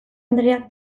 andreak